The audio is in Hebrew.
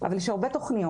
אבל יש הרבה תוכניות,